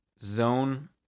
zone